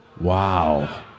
Wow